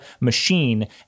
machine